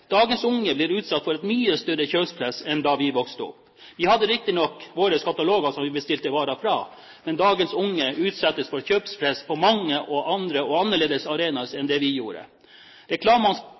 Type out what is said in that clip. Dagens unge blir utsatt for et mye større kjøpepress enn da vi vokste opp. Vi hadde riktignok våre kataloger som vi bestilte varer fra, men dagens unge utsettes for kjøpepress på mange andre og annerledes arenaer enn det vi gjorde. Reklamens